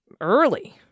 early